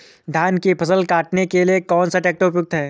धान की फसल काटने के लिए कौन सा ट्रैक्टर उपयुक्त है?